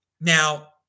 Now